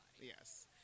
yes